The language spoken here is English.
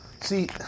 See